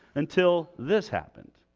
until this happened.